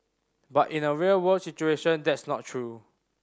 but in a real world situation that's not true